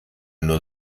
nur